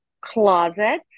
closet